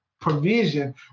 provision